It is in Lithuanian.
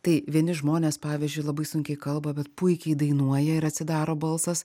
tai vieni žmonės pavyzdžiui labai sunkiai kalba bet puikiai dainuoja ir atsidaro balsas